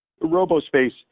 Robo-space